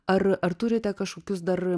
ar ar turite kažkokius dar